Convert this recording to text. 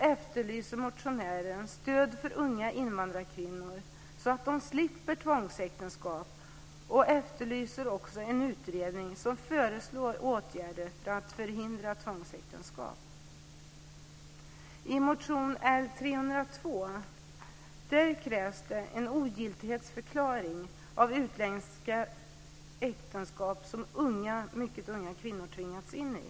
efterlyser motionären stöd för unga invandrarkvinnor så att de slipper tvångsäktenskap. Motionären efterlyser också en utredning som föreslår åtgärder för att förhindra tvångsäktenskap. I motion L302 krävs det en ogiltighetsförklaring av utländska äktenskap som mycket unga kvinnor har tvingats in i.